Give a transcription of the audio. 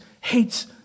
hates